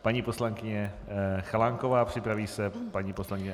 Paní poslankyně Chalánková, připraví se paní poslankyně Aulická.